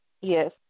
Yes